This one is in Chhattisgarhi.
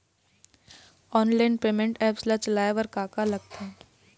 ऑनलाइन पेमेंट एप्स ला चलाए बार का का लगथे?